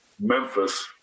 Memphis